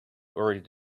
already